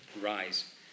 Rise